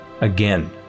again